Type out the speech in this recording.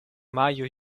majo